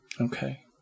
Okay